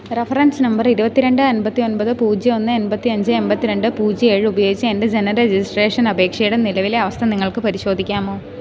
reference number ഇരുപത്തിരണ്ട് അൻപത്തിയൊൻപത് പൂജ്യം ഒന്ന് എമ്പത്തിയഞ്ച് എമ്പത്തിരണ്ട് പൂജ്യം ഏഴ് ഉപയോഗിച്ച് എൻറ്റെ ജനന രജിസ്ട്രേഷൻ അപേക്ഷയുടെ നിലവിലെ അവസ്ഥ നിങ്ങൾക്ക് പരിശോധിക്കാമോ